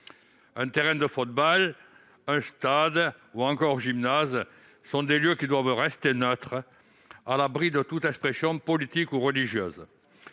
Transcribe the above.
Un terrain de football, un stade ou encore un gymnase sont des lieux qui doivent rester neutres, à l'abri de toute expression politique ou religieuse.